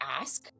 ask